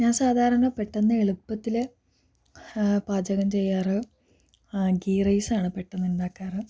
ഞാൻ സാധാരണ പെട്ടെന്ന് എളുപ്പത്തിൽ പാചകം ചെയ്യാറ് ആ ഗീ റൈസാണ് പെട്ടെന്ന് ഉണ്ടാകാറ്